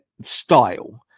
style